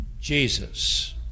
Jesus